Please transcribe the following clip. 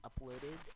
uploaded